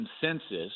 consensus